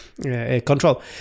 control